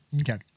Okay